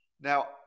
Now